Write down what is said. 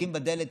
דופקים בדלת,